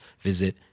visit